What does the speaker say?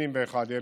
81,000,